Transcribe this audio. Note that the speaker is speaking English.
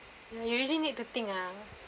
you really need to think ah